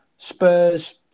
Spurs